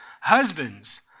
Husbands